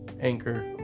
anchor